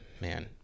man